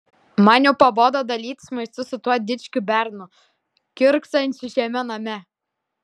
man jau pabodo dalytis maistu su tuo dičkiu bernu kiurksančiu šiame name